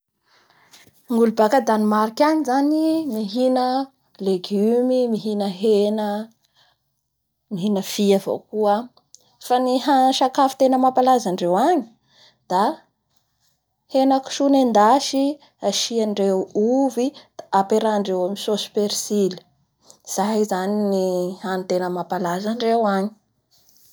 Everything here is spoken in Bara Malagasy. Ny olo baka danemarka any zany ii!mihina aa! Legumy, mihina hena a, mihina fia avao koa, fa ny ha-sakafo tena mampalaza andreo agny da henakisoa nendasy asiandreo ovy da aperahandreo amin'ny sosy percily; izay zany ny hany tena mampalaza andreo agny.